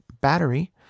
battery